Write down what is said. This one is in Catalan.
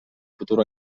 futur